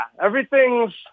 everything's